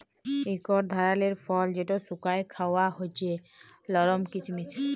ইকট ধারালের ফল যেট শুকাঁয় খাউয়া হছে লরম কিচমিচ